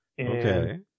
okay